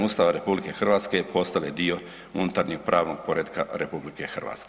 Ustava RH postale dio unutarnjeg pravnog poretka RH.